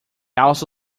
also